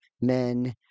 men